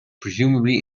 presumably